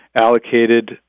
allocated